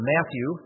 Matthew